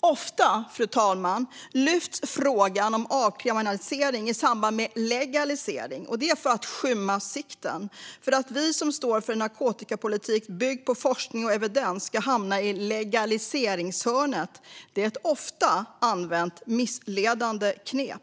Ofta, fru talman, lyfts frågan om avkriminalisering i samband med legalisering. Det är för att skymma sikten, för att vi som står för en narkotikapolitik byggd på forskning och evidens ska hamna i legaliseringshörnet. Det är ett ofta använt missledande knep.